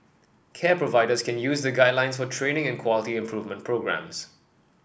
care providers can use the guidelines for training and quality improvement programmes